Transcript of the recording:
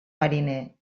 mariner